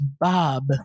Bob